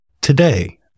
Today